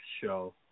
show